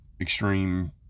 extreme